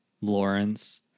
Lawrence